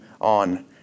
on